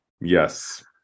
Yes